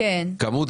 כמות